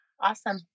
Awesome